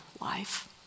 life